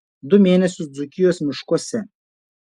du mėnesius dzūkijos miškuose